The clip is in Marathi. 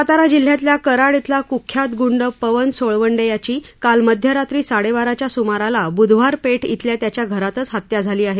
सातारा जिल्ह्यातल्या कराड अला कुख्यात गुंड पवन सोळवंडे याची काल मध्यरात्री साडेबाराच्या सुमाराला बुधवारपेठ श्वेल्या त्याच्या घरातच हत्या झाली आहे